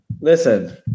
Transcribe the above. Listen